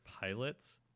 pilots